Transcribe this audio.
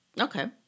Okay